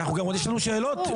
יש לנו שאלות.